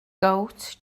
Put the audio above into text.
gowt